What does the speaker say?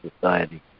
Society